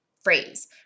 phrase